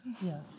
Yes